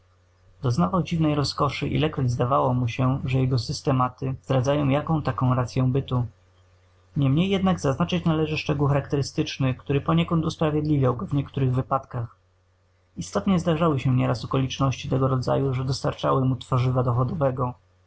logicznym doznawał dziwnej rozkoszy ilekroć zdawało mu się że jego systematy zdradzają jaką taką racyę bytu niemniej jednak zaznaczyć należy szczegół charakterystyczny który poniekąd usprawiedliwiał go w niektórych wypadkach istotnie zdarzały się nieraz okoliczności tego rodzaju że dostarczały mu tworzywa dowodowego